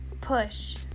push